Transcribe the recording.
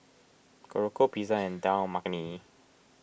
Korokke Pizza and Dal Makhani